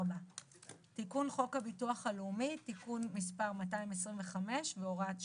תיקון חוק הביטוח הלאומי (תיקון מס' 225 והוראת שעה)